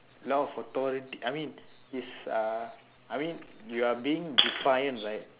not for authority I mean is uh I mean you are being defiant right